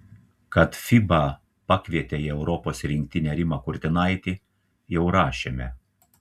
kad fiba pakvietė į europos rinktinę rimą kurtinaitį jau rašėme